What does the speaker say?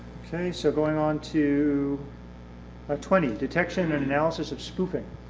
so going on to ah twenty, detection and analysis of spoofing.